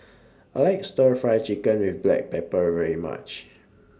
I like Stir Fry Chicken with Black Pepper very much